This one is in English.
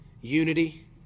unity